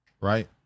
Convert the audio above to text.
right